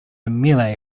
melee